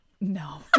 No